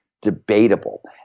debatable